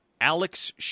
Alex